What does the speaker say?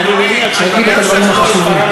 אדוני יגיד את הדברים החשובים.